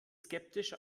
skeptisch